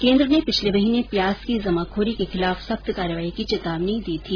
केंद्र ने पिछले महीने प्याज की जमाखोरी के खिलाफ सख्त कार्रवाई की चेतावनी दी थी